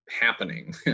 happening